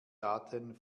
daten